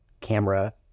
camera